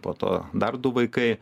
po to dar du vaikai